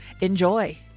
Enjoy